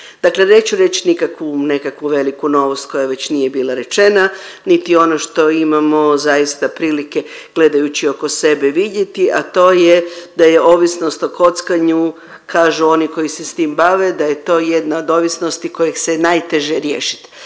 dakle neću reć nikakvu nekakvu veliku novost koja već nije bila rečena niti ono što imamo zaista prilike gledajući oko sebe vidjeti, a to je da je ovisnost o kockanju kažu oni koji se s tim bave, da je to jedna od ovisnosti koje se je najteže riješit.